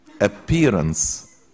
Appearance